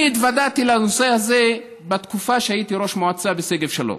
אני התוודעתי לנושא הזה בתקופה שהייתי ראש מועצה בשגב שלום,